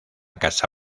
casa